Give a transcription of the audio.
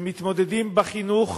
מתמודדים עם חינוך